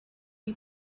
you